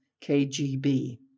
KGB